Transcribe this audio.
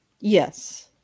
Yes